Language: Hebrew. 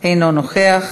אינו נוכח.